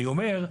אני אומר,